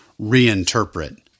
reinterpret